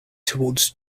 towards